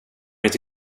inte